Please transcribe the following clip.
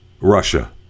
Russia